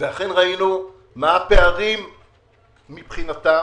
וראינו מה הפערים מבחינתה,